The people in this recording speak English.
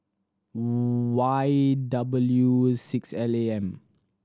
Y W six L A M